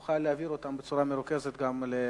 הוא יוכל להעביר אותן בצורה מרוכזת גם לנציבות,